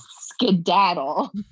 Skedaddle